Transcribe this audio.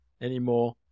anymore